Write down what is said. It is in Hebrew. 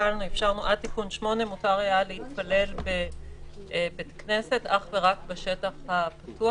עד תיקון 8 אפשר היה להתפלל בבית כנסת אך ורק בשטח הפתוח.